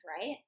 Right